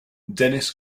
dennis